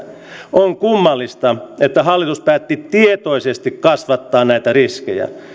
on kummallista että hallitus päätti tietoisesti kasvattaa näitä riskejä